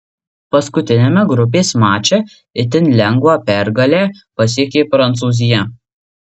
paskutiniame grupės mače itin lengvą pergalę pasiekė prancūzija